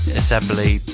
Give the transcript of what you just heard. assembly